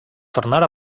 tornar